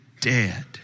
dead